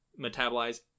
metabolize